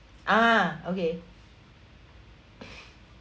ah okay